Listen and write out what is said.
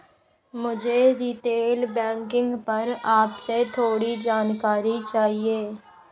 मुझे retail banking पर आपसे थोड़ी जानकारी चाहिए